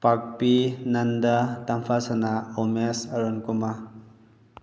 ꯄꯥꯛꯄꯤ ꯅꯟꯗ ꯇꯝꯐꯥꯁꯅꯥ ꯑꯣꯃꯦꯁ ꯑꯔꯨꯟꯀꯨꯃꯥꯔ